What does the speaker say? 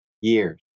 years